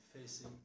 facing